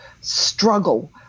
struggle